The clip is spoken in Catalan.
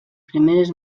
primeres